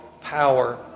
power